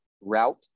route